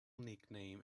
nickname